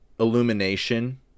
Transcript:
Illumination